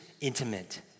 intimate